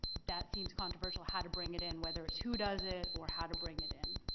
that seems controversial, how to bring it in, whether it's who does it or how to bring it in.